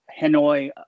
Hanoi